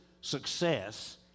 success